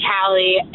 Callie